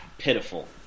pitiful